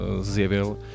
zjevil